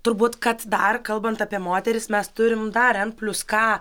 turbūt kad dar kalbant apie moteris mes turim dar en plius ka